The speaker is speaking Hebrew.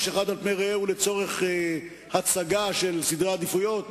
אחד על פני רעהו לצורך הצגה של סדרי עדיפויות,